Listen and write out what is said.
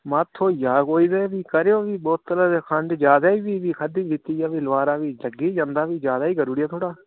महां थ्होई जा कोई ते फ्ही करेओ फ्ही बोतल खंड ज्यादा बी पीनी खाद्धी पीती दी फ्ही लोआरा बी लग्गी जांदा फ्ही ज्यादे ही करी उड़यो थोह्ड़ा